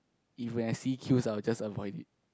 if when I see queues I will just avoid it